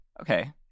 Okay